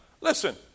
Listen